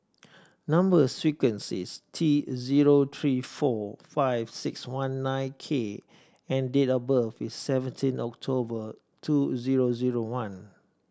number sequence is T zero three four five six one nine K and date of birth is seventeen October two zero zero one